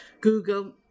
Google